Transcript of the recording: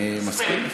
אני מסכים איתך,